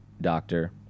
doctor